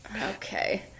okay